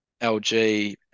LG